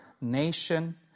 nation